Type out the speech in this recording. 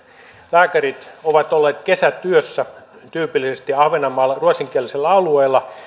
lääkärit ovat olleet kesätyössä tyypillisesti ahvenanmaalla ruotsinkielisellä alueella